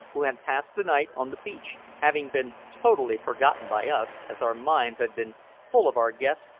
who had passed the night on the beach, having been totally forgotten by us, as our minds had been full of our guests,